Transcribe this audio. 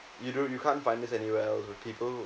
you don't you can't find this anywhere else where people